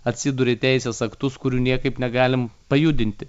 atsiduria teisės aktus kurių niekaip negalim pajudinti